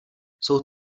jsou